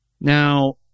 Now